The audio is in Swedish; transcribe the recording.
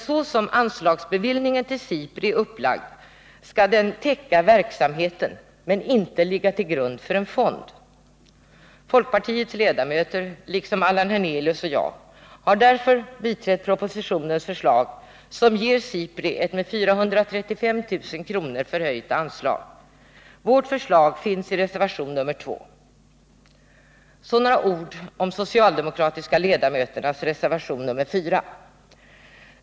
Så som anslagsbevillningen till SIPRI är upplagd skall den emellertid täcka verksamheten, men inte ligga till grund för en fond. Folkpartiets ledamöter liksom Allan Hernelius och jag har därför biträtt propositionens förslag, som ger SIPRI ett med 435 000 kr. ökat anslag. Vårt förslag framförs i reservationen 2. Så några ord om de socialdemokratiska ledamöternas reservation nr 4.